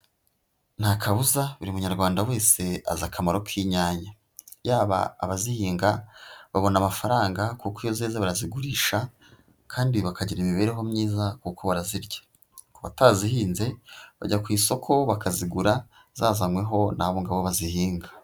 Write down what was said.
Ntakabuza buri munyarwanda wese azi akamaro k'inyanya, yaba abazihinga babona amafaranga kuko iyo zeze barazigurisha kandi bakagira imibereho myiza kuko barazirya. Ku batarazihinze bajya ku isoko bakazigura zazanyweho na babandi bazihinga.